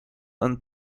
and